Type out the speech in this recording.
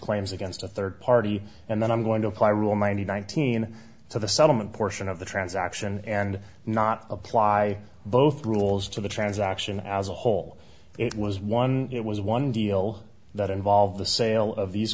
claims against a third party and then i'm going to apply rule ninety nine thousand to the settlement portion of the transaction and not apply both rules to the transaction as a whole it was one it was one deal that involved the sale of these